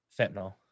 Fentanyl